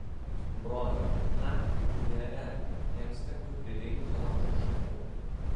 broli naktį budi ereliai jiems tektų pririnkti laužui šakų